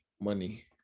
money